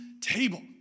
table